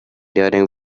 during